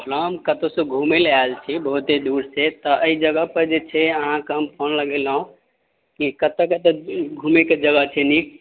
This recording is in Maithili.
हँ हम कतहुसँ घुमय लए आयल छी बहुते दूरसँ तऽ अइ जगहपर जे छै अहाँके हम फोन लगेलहुँ की कतऽ कतऽ घुमयके जगह छै नीक